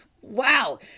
wow